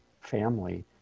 family